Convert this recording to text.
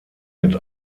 mit